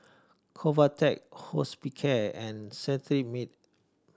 Convatec Hospicare and Cetrimide